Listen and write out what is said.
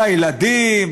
לילדים,